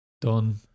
Done